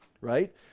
right